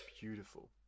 Beautiful